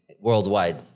worldwide